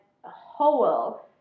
whole